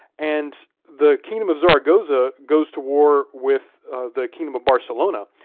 and the kingdom of zaragoza goes to war with the kingdom of barcelona.